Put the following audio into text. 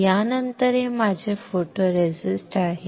यानंतर हे माझे फोटोरेसिस्ट आहे